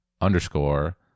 underscore